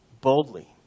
boldly